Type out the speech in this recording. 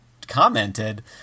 commented